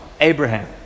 Abraham